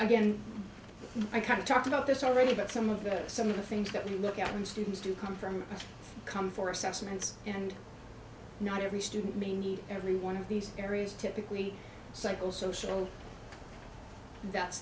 again i kind of talked about this already but some of the some of the things that we look at and students do come from come for assessments and not every student may need every one of these areas typically psychosocial that's